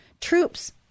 Troops